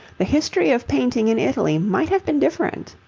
the history of painting in italy might have been different.